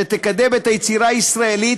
שתקדם את היצירה הישראלית,